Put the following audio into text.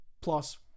plus